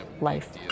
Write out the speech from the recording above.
life